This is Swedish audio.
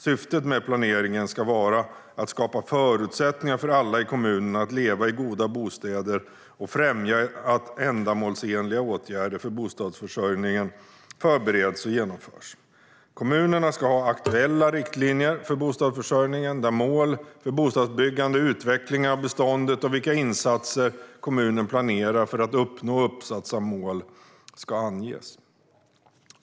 Syftet med planeringen ska vara att skapa förutsättningar för alla i kommunen att leva i goda bostäder och främja att ändamålsenliga åtgärder för bostadsförsörjningen förbereds och genomförs. Kommunerna ska ha aktuella riktlinjer för bostadsförsörjningen där mål för bostadsbyggande, utveckling av beståndet och vilka insatser kommunen planerar för att uppnå uppsatta mål ska anges.